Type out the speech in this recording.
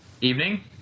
Evening